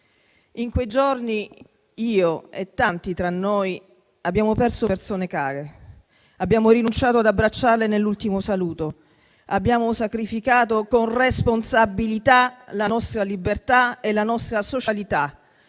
In quei giorni io e tanti, tra noi, abbiamo perso persone care, abbiamo rinunciato ad abbracciarle nell'ultimo saluto, abbiamo sacrificato con responsabilità la nostra libertà e la nostra socialità.